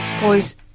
Boys